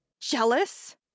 Jealous